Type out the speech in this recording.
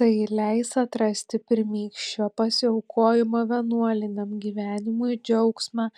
tai leis atrasti pirmykščio pasiaukojimo vienuoliniam gyvenimui džiaugsmą